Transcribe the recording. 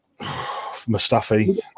Mustafi